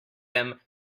him